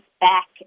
back